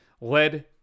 led